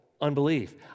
unbelief